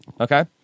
Okay